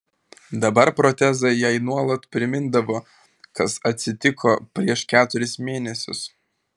dabar protezai jai nuolat primindavo kas atsitiko prieš keturis mėnesius